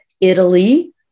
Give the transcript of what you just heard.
Italy